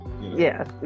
yes